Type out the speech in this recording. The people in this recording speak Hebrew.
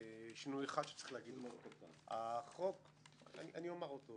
האויב או אנשים שתומכים בטרור - החוק הזה בא להיות שומר שזה